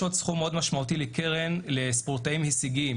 סכום מאוד משמעותי נוסף הוא לקרן לספורטאים הישגים.